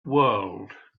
world